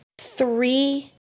three